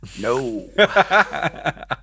No